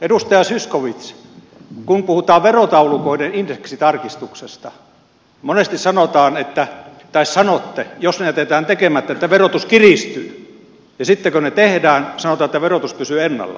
edustaja zyskowicz kun puhutaan verotaulukoiden indeksitarkistuksesta monesti sanotte että jos se jätetään tekemättä verotus kiristyy ja sitten kun se tehdään sanotaan että verotus pysyy ennallaan